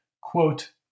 Quote